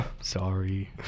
Sorry